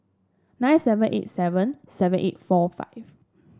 nine seven eight seven seven eight four five